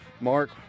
Mark